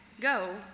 go